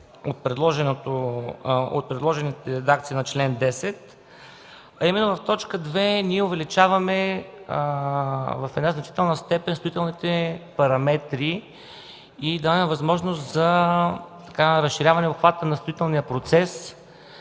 от предложените редакции на чл. 10, а именно в т. 2 ние увеличаваме в значителна степен строителните параметри и даваме възможност за разширяване обхвата на строителния процес